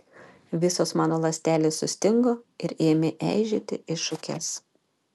visos mano ląstelės sustingo ir ėmė eižėti į šukes